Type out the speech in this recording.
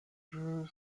jeu